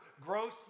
gross